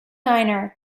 niner